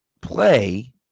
play –